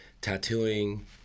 tattooing